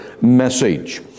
message